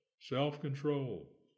self-control